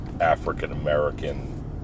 African-American